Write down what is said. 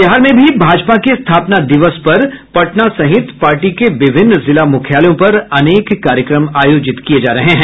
बिहार में भी भाजपा के स्थापना दिवस पर पटना सहित पार्टी के विभिन्न जिला मुख्यालयों पर अनेक कार्यक्रम आयोजित किये जा रहे हैं